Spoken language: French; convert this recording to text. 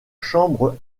chambre